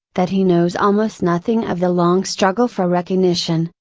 that he knows almost nothing of the long struggle for recognition,